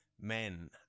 men